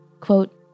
quote